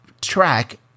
track